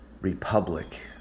Republic